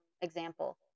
example